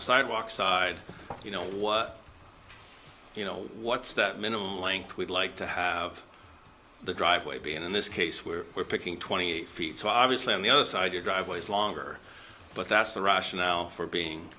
the sidewalk side you know what you know what's the minimum length we'd like to have the driveway be and in this case where we're picking twenty feet so obviously on the other side your driveway is longer but that's the rationale for being